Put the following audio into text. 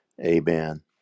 Amen